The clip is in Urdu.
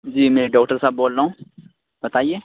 جی میں ڈاکٹر صاحب بول رہا ہوں بتائیے